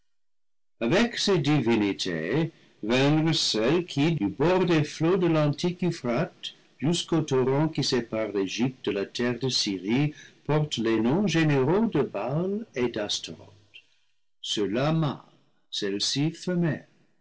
vinrent celles qui du bord des flots de l'antique euphrate jusqu'au torrent qui sépare l'egypte de la terre de syrie portent les noms généraux de baal et d'astaroth ceux-là mâles celles-ci femelles